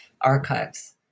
archives